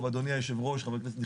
אדוני יושב הראש, חברי כנסת נכבדים,